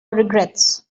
regrets